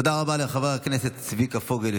תודה רבה לחבר הכנסת צביקה פוגל,